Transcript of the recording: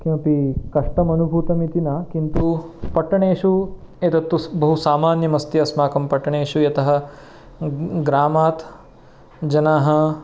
किमपि कष्टम् अनुभूतम् इति न किन्तु पट्टणेषु एतत्तु बहु सामान्यमस्ति अस्माकं पट्टणेषु यतः ग्रामात् जनाः